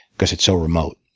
because it's so remote.